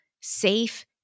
safe